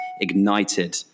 ignited